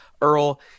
Earl